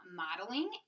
modeling